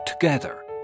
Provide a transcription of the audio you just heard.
together